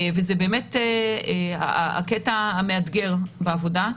וזה באמת הקטע המאתגר בעבודה,